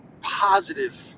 positive